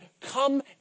come